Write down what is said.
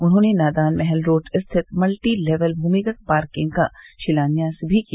उन्होंने नादान महल रोड स्थित multi level भूमिगत पार्किंग का शिलान्यास भी किया